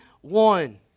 one